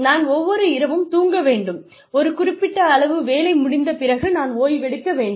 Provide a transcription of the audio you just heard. நான் ஒவ்வொரு இரவும் தூங்க வேண்டும் ஒரு குறிப்பிட்ட அளவு வேலை முடிந்த பிறகு நான் ஓய்வெடுக்க வேண்டும்